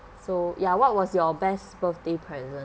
so ya what was your best birthday present